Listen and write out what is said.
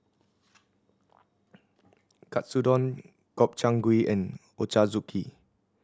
Katsudon Gobchang Gui and Ochazuke